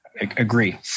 agree